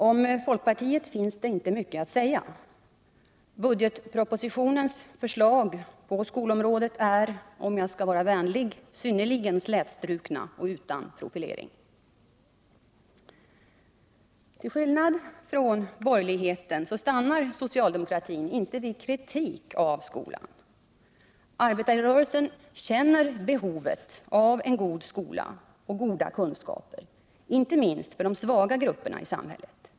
Om folkpartiet finns det inte mycket att säga. Budgetpropositionens förslag på skolområdet är, om jag skall vara vänlig, synnerligen slätstrukna och utan Till skillnad från borgerligheten stannar inte socialdemokratin vid kritik av skolan. Arbetarrörelsen känner behovet av en god skola och goda kunskaper, inte minst för de svaga grupperna i samhället.